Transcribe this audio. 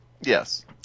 Yes